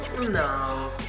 no